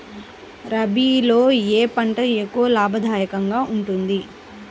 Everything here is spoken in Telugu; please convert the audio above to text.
రబీలో ఏ పంట ఎక్కువ లాభదాయకంగా ఉంటుంది?